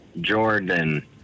Jordan